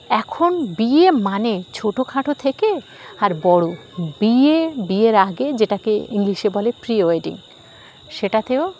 এখন বিয়ে মানে ছোটোখাটো থেকে আর বড়ো বিয়ে বিয়ের আগে যেটাকে ইংলিশে বলে প্রি ওয়েডিং সেটাতেও